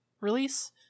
release